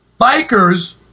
bikers